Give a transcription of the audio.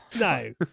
no